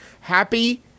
happy